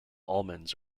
almonds